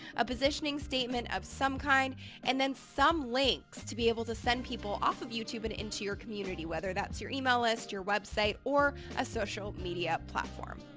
a positioning statement of some kind and then some links to be able to send people off of youtube and into your community, whether that's your email list, your website, or a social media platform.